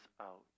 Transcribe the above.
out